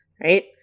Right